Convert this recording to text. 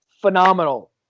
phenomenal